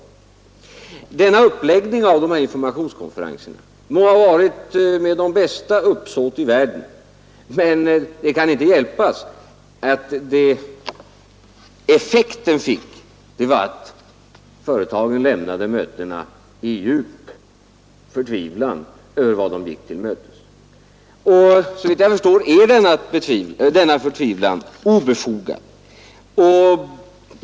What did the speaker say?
Det må så vara att man hade det bästa uppsåt i världen med denna uppläggning av informationskonferenserna, men det kan inte hjälpas att den effekt de fick var att företagarna lämnade mötena i djup förtvivlan över vad de skulle gå till mötes. Såvitt jag förstår är denna förtvivlan obefogad.